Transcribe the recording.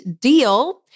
deal